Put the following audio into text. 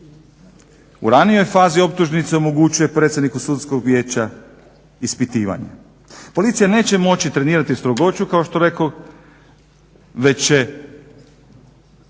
u ranijoj fazi optužnice omogućuje predsjedniku Sudskog vijeća ispitivanje. Policija neće moći trenirati strogoću kao što rekoh već će